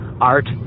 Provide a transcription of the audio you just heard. art